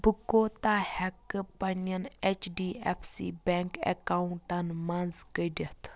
بہٕ کوٗتاہ ہٮ۪کہٕ پنٕنٮ۪ن H D F C bank اَکاونٹن منٛز کٔڈِتھ